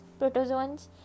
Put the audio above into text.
protozoans